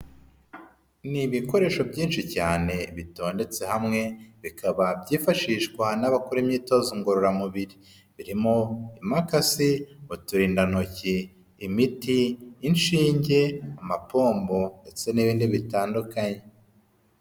Ni ibikoresho byinshi cyane bitondetse hamwe bikaba byifashishwa n'abakora imyitozo ngororamubiri, birimo imakasi, uturindantoki, imiti, inshinge, amapombo ndetse n'ibindi bitandukanye.